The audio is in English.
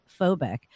phobic